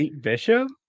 Bishop